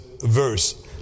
verse